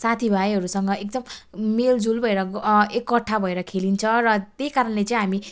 साथीभाइहरूसँग एकदम मेलजोल भएर एकट्ठा भएर खेलिन्छ र त्यही कारणले चाहिँ हामी